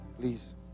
please